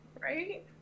Right